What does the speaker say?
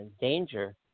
danger